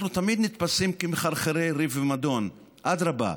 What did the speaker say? אנחנו תמיד נתפסים כמחרחרי ריב ומדון, אדרבה,